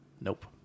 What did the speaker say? Nope